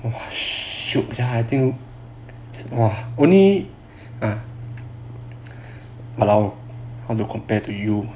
oh only um !walao! how to compare to you